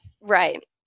Right